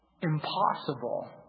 impossible